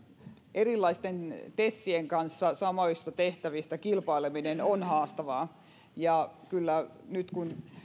erilaisten tesien kanssa samoista tehtävistä kilpaileminen on haastavaa ja kyllä nyt kun